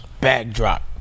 backdrop